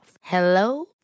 Hello